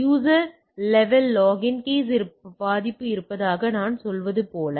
user level login case பாதிப்பு இருப்பதாக நான் சொல்வது போல